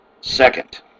Second